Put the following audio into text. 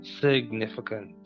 significant